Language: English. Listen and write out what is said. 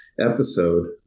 episode